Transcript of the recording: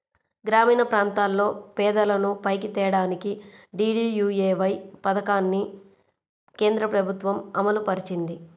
గ్రామీణప్రాంతాల్లో పేదలను పైకి తేడానికి డీడీయూఏవై పథకాన్ని కేంద్రప్రభుత్వం అమలుపరిచింది